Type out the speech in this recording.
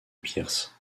pierce